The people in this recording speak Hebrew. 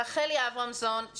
רחלי אברמזון,